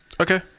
Okay